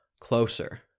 Closer